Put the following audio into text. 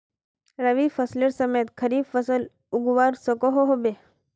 रवि फसलेर समयेत खरीफ फसल उगवार सकोहो होबे?